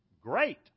Great